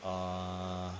err